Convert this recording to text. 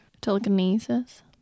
telekinesis